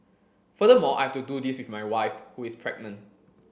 furthermore I have to do this with my wife who is pregnant